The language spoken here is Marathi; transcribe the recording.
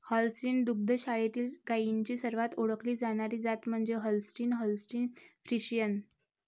होल्स्टीन दुग्ध शाळेतील गायींची सर्वात ओळखली जाणारी जात म्हणजे होल्स्टीन होल्स्टीन फ्रिशियन